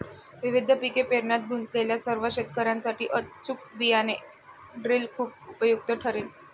विविध पिके पेरण्यात गुंतलेल्या सर्व शेतकर्यांसाठी अचूक बियाणे ड्रिल खूप उपयुक्त ठरेल